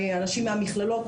האנשים מהמכללות,